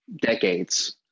decades